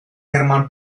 germán